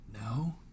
No